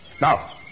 Now